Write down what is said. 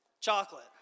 chocolate